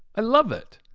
i love it.